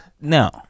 No